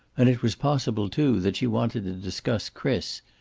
and it was possible, too, that she wanted to discuss chris,